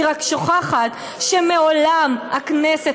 היא רק שוכחת שמעולם הכנסת,